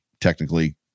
technically